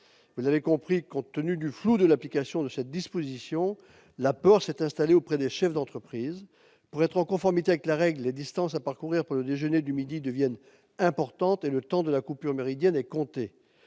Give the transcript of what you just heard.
Vous l'avez compris, compte tenu du flou entourant l'application de cette disposition, la peur s'est installée chez les chefs d'entreprise. Afin d'être en conformité avec la règle, les distances à parcourir pour le déjeuner du midi deviennent importantes et le temps de la coupure méridienne est compté.